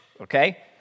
Okay